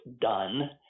done